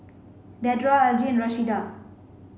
Dedra Algie Rashida